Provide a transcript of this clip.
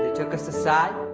took us aside.